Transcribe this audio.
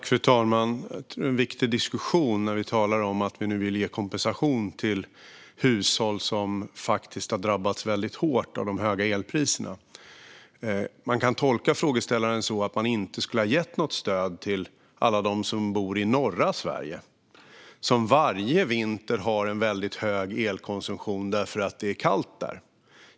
Fru talman! En viktig diskussion när vi talar om att vi nu vill ge kompensation till hushåll som faktiskt har drabbats väldigt hårt av de höga elpriserna är att man kan tolka frågeställaren som så att man inte skulle ha gett något stöd till alla som bor i norra Sverige och som varje vinter har en väldigt hög elkonsumtion för att det är kallt där.